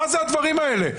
מה זה הדברים האלה?